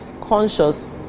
conscious